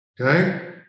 okay